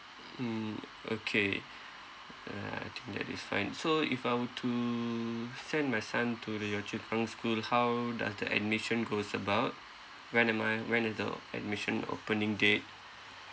mm okay uh I think that is fine so if I were to send my son to the yio chu kang school how does the admission goes about when am I when is the admission opening date